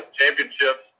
championships